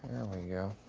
we go.